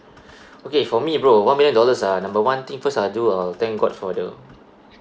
okay for me bro one million dollars ah number one thing first I'll do I'll thank god for the